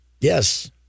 Yes